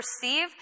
perceive